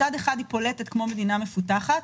מצד אחד, היא פולטת כמו מדינה מפותחת.